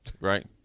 right